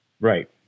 Right